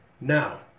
Now